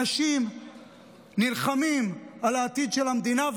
אנשים נלחמים על העתיד של המדינה,